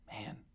Man